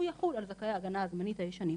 והוא יחול על זכאי ההגנה הזמנית הישנים,